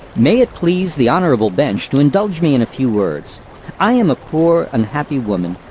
may it please the honourable bench to indulge me in a few words i am a poor, unhappy woman,